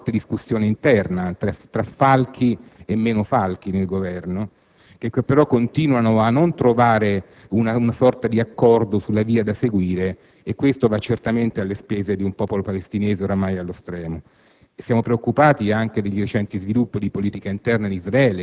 mi risulta evidente che vi sia ancora una forte discussione interna tra falchi e meno falchi nel Governo, che però continuano a non trovare una sorta di accordo sulla via da seguire: questo va certamente alle spese di un popolo palestinese ormai allo stremo.